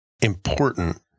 important